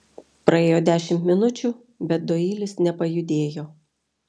praėjo dešimt minučių bet doilis nepajudėjo